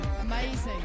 Amazing